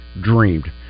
dreamed